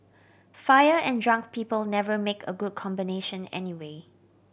fire and drunk people never make a good combination anyway